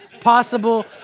possible